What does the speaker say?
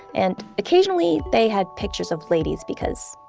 and occasionally they had pictures of ladies because,